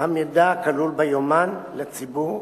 המידע הכלול ביומן לציבור.